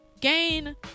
gain